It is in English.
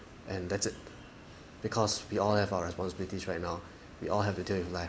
and that's it because we all have our responsibilities right now we all have to deal with life